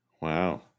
wow